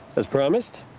as promised.